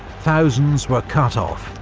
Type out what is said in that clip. thousands were cut off,